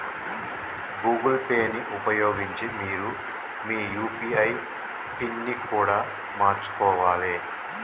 Google Pay ని ఉపయోగించి మీరు మీ యూ.పీ.ఐ పిన్ని కూడా మార్చుకోవాలే